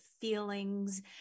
feelings